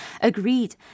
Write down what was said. agreed